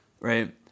right